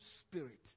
spirit